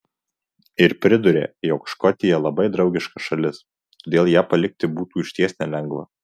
ir priduria jog škotija labai draugiška šalis todėl ją palikti būtų išties nelengva